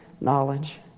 knowledge